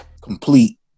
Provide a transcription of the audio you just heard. complete